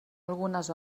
algunes